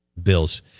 Bills